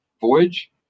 voyage